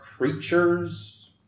creatures